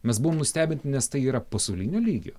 mes buvom nustebinti nes tai yra pasaulinio lygio